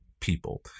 people